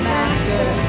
Master